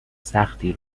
سختی